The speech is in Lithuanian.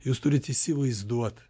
jūs turit įsivaizduot